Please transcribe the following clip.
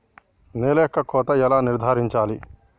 నేల యొక్క కోత ఎలా నిర్ధారించాలి?